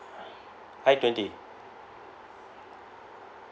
I_twenty